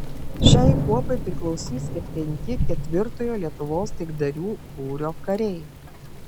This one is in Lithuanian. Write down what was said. šiai kuopai priklausys ir penki ketvirtojo lietuvos taikdarių būrio kariai